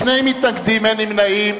שני מתנגדים, אין נמנעים.